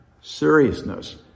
seriousness